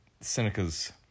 Seneca's